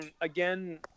again